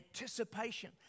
anticipation